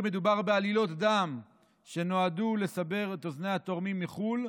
מדובר בעלילות דם שנועדו לסבר את אוזני התורמים מחו"ל